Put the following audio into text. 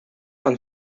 and